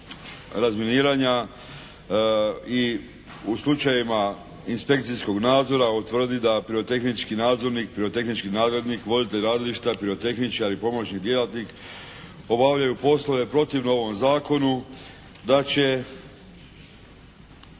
razminiranja i u slučajevima inspekcijskog nadzora utvrdi da pirotehnički nadzornik, pirotehnički nadglednik, voditelj radilišta, pirotehničar i pomoćni djelatnik obavljaju poslove protivno ovom zakonu, da će